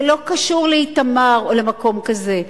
זה לא קשור לאיתמר או למקום כזה: